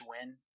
win